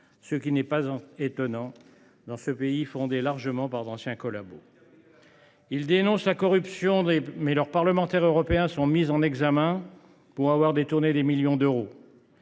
ce qui n’est pas étonnant dans ce parti fondé largement par d’anciens collabos. Ils dénoncent la corruption, mais leurs parlementaires européens sont mis en examen pour avoir détourné des millions d’euros.